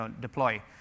deploy